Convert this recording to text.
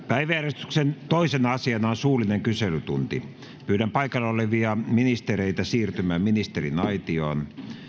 päiväjärjestyksen toisena asiana on suullinen kyselytunti pyydän paikalla olevia ministereitä siirtymään ministeriaitioon